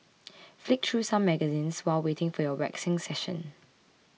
flick through some magazines while waiting for your waxing session